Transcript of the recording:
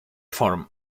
form